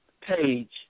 page